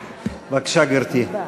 בבקשה, גברתי.